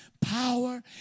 power